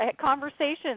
conversations